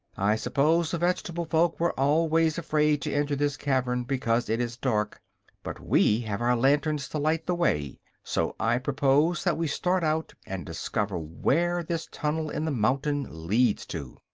i suppose the vegetable folk were always afraid to enter this cavern because it is dark but we have our lanterns to light the way, so i propose that we start out and discover where this tunnel in the mountain leads to.